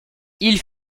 ils